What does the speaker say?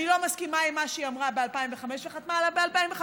אני לא מסכימה עם מה שהיא אמרה ב-2005 וחתמה עליו ב-2005.